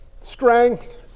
strength